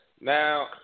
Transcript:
now